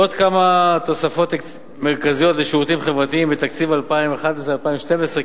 ועוד כמה תוספות מרכזיות לשירותים החברתיים לתקציב 2011 2012,